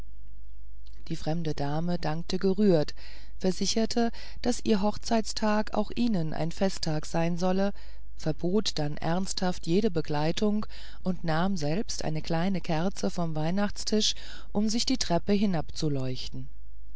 die fremde dame dankte gerührt versicherte daß ihr hochzeitstag auch ihnen ein festtag sein solle verbot dann ernsthaft jede begleitung und nahm selbst eine kleine kerze vom weihnachtstisch um sich die treppe